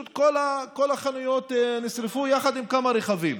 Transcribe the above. כל החנויות נשרפו יחד עם כמה רכבים.